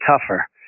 tougher